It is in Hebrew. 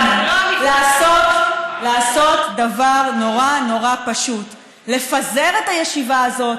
לעשות דבר נורא נורא פשוט: לפזר את הישיבה הזאת.